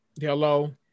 Hello